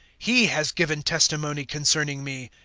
he has given testimony concerning me.